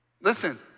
Listen